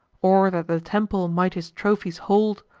or that the temple might his trophies hold,